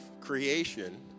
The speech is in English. creation